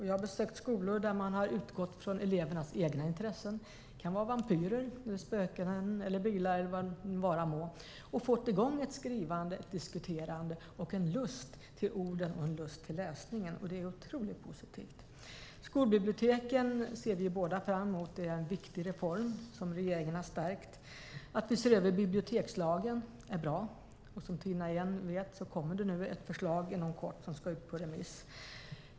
Jag har besökt skolor där man har utgått från elevernas egna intressen - det kan vara vampyrer, spöken, bilar eller vad det vara må - och fått i gång ett skrivande, ett diskuterande och en lust till orden och en lust till läsningen. Det är otroligt positivt. Skolbiblioteksreformen ser vi båda fram emot. Det är en viktig reform som regeringen har stärkt. Att vi ser över bibliotekslagen är bra, och som Tina Ehn vet kommer det ett förslag inom kort som ska ut på remiss.